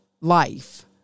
life